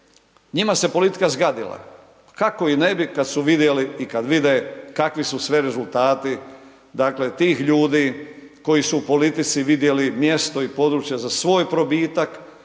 njima se politika zgadila, kako i ne bi kad su vidjeli i kad vide kakvi su sve rezultati dakle tih ljudi koji su u politici vidjeli mjesto i područje za svoj probitak,